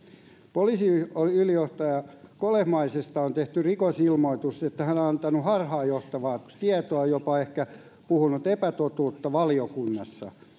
poliisiylijohtaja kolehmaisesta on tehty rikosilmoitus siitä että hän on antanut harhaanjohtavaa tietoa jopa ehkä puhunut epätotuutta valiokunnassa